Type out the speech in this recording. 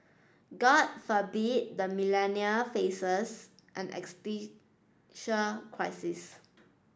god forbid the Millennial faces an crisis